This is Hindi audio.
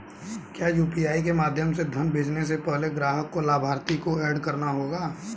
क्या यू.पी.आई के माध्यम से धन भेजने से पहले ग्राहक को लाभार्थी को एड करना होगा?